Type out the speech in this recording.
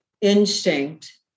instinct